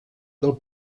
del